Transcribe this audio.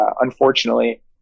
unfortunately